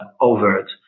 overt